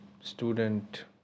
Student